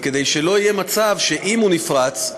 כדי שלא יהיה מצב שאם הוא נפרץ,